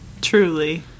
Truly